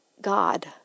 God